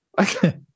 Okay